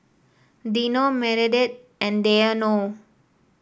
Dino Meredith and Deion